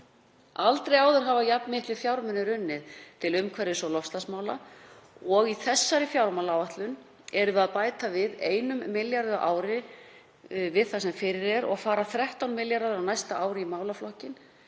Aldrei áður hafa jafn miklir fjármunir runnið til umhverfis- og loftslagsmála og í þessari fjármálaáætlun erum við að bæta 1 milljarði á ári við það sem fyrir er og fara 13 milljarðar á næsta ári í málaflokkinn,